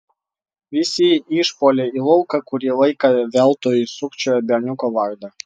visi išpuolė į lauką kurį laiką veltui šūkčiojo berniuko vardą